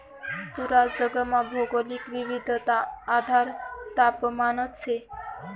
पूरा जगमा भौगोलिक विविधताना आधार तापमानच शे